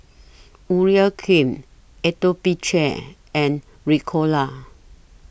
Urea Cream Atopiclair and Ricola